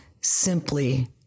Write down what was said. simply